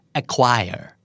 acquire